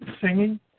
singing